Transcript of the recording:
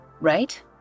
right